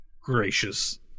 gracious